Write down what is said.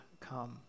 come